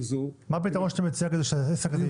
--- מה הפתרון שאתה מציע כדי שהעסק הזה יפעל?